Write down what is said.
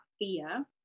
fear